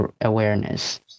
awareness